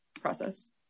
process